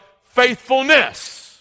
faithfulness